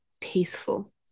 peaceful